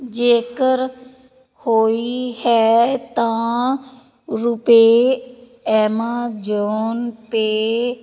ਜੇਕਰ ਹੋਈ ਹੈ ਤਾਂ ਰੁਪਏ ਐਮਾਜੋਨ ਪੇਅ